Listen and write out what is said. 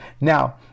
Now